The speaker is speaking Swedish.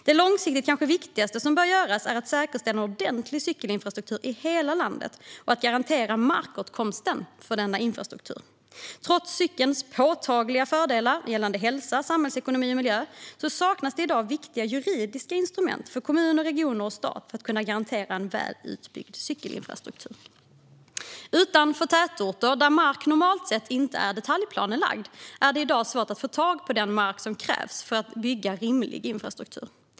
Det långsiktigt kanske viktigaste som bör göras är att säkerställa en ordentlig cykelinfrastruktur i hela landet och garantera markåtkomsten för denna infrastruktur. Trots cykelns påtagliga fördelar gällande hälsa, samhällsekonomi och miljö saknas det i dag viktiga juridiska instrument för att kommuner, regioner och stat ska kunna garantera en väl utbyggd cykelinfrastruktur. Utanför tätorter, där mark normalt sett inte är detaljplanelagd, är det i dag svårt att få tag på den mark som krävs för att bygga rimlig infrastruktur.